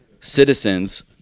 citizens